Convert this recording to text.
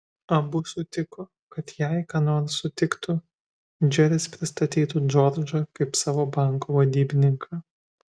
abu sutiko kad jei ką nors sutiktų džeris pristatytų džordžą kaip savo banko vadybininką